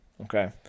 okay